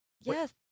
Yes